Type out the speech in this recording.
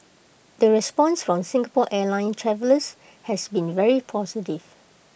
the response from Singapore airlines travellers has been very positive